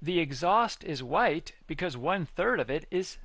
the exhaust is white because one third of it is